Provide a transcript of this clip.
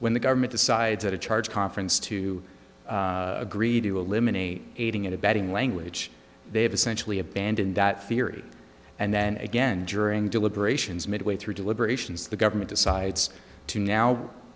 when the government decides that a charge conference to agree to eliminate aiding and abetting language they've essentially abandoned that theory and then again during deliberations midway through deliberations the government decides to now